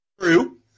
True